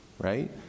right